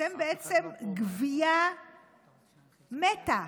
אתם בעצם גווייה מתה,